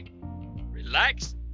relax